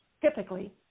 typically